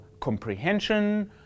comprehension